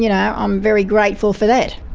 you know i'm very grateful for that.